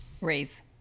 Raise